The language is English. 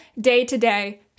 day-to-day